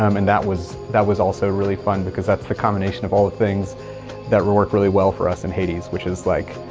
um and that was that was also really fun because that's the combination of all the things that were working really well for us in hades. which is like,